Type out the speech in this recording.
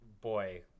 boy